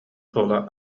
суола